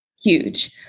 huge